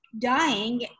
dying